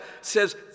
says